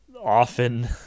often